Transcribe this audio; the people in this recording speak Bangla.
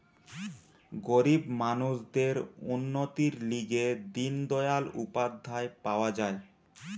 গরিব মানুষদের উন্নতির লিগে দিন দয়াল উপাধ্যায় পাওয়া যায়